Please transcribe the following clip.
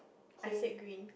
I said green